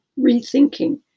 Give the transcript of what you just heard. rethinking